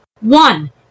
One